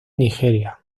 nigeria